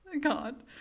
God